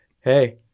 hey